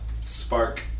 spark-